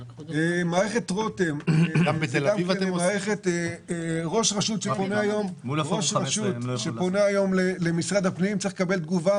מערכת רותם: ראש רשות שפונה היום למשרד הפנים צריך לקבל תשובה